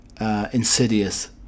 insidious